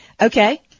Okay